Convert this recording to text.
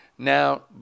Now